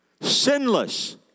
Sinless